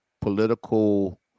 political